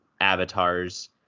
avatars